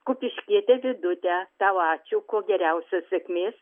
kupiškiete vidute tau ačiū kuo geriausios sėkmės